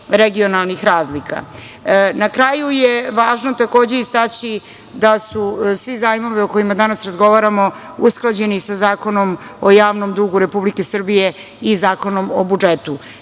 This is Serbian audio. regionalnih razlika. Na kraju je važno takođe istaći da su svi zajmovi o kojima danas razgovaramo usklađeni sa Zakonom o javnom dugu Republike Srbije i Zakonom o budžetu. Ističe